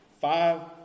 Five